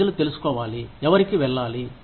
ప్రజలు తెలుసుకోవాలి ఎవరికి వెళ్లాలి